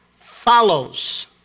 follows